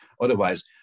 Otherwise